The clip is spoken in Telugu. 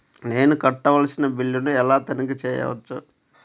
నేను కట్టవలసిన బిల్లులను ఎలా తనిఖీ చెయ్యవచ్చు?